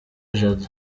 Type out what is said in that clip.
jado